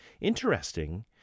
interesting